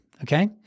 okay